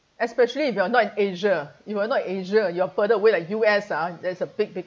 especially if you are not in asia you're not in asia you're further away like U_S ah there's a big big